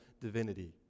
divinity